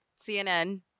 CNN